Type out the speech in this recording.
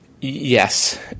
Yes